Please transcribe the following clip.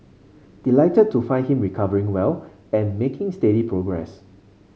delighted to find him recovering well and making steady progress